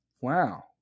wow